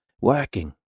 working